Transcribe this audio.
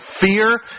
fear